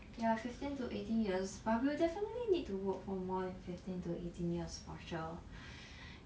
ya fifteen to eighteen years but we definitely need to work for more than fifteen to eighteen years for sure